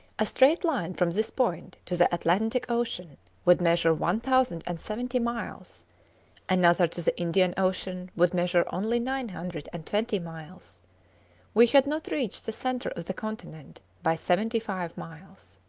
a straight line from this point to the atlantic ocean would measure one thousand and seventy miles another to the indian ocean would measure only nine hundred and twenty miles we had not reached the centre of the continent by seventy-five miles.